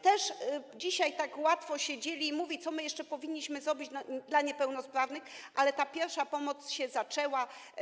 Też dzisiaj tak łatwo się dzieli i mówi, co my jeszcze powinniśmy zrobić dla niepełnosprawnych, ale ta pierwsza pomoc się zaczęła.